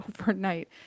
overnight